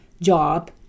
job